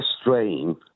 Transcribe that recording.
strain